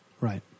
Right